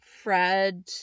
Fred